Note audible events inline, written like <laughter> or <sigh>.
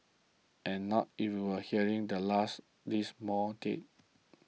and not <unintelligible> hearing the last these mall deaths